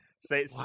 Say